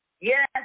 Yes